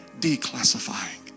declassifying